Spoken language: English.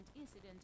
incident